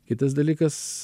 kitas dalykas